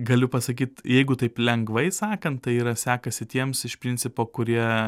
galiu pasakyt jeigu taip lengvai sakant tai yra sekasi tiems iš principo kurie